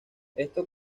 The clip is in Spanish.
esto